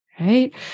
Right